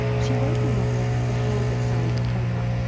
she wrote the novel the hand that signed the paper.